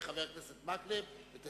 חבר הכנסת טלב אלסאנע וחבר הכנסת מקלב.